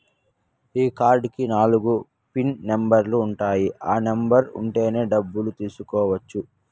ఈ కార్డ్ కి నాలుగు పిన్ నెంబర్లు ఉంటాయి ఆ నెంబర్ ఉంటేనే డబ్బులు తీసుకోవచ్చు